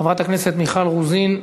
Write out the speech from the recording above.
חברת הכנסת מיכל רוזין,